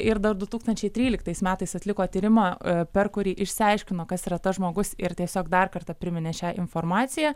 ir dar du tūkstančiai tryliktais metais atliko tyrimą a per kurį išsiaiškino kas yra tas žmogus ir tiesiog dar kartą priminė šią informaciją